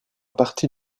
partie